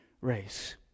race